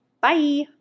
Bye